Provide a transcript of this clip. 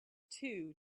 two